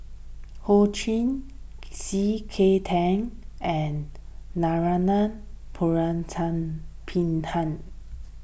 Ho Ching C K Tang and Narana Putumaippittan